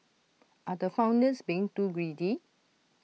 are the founders being too greedy